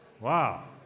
Wow